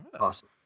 Awesome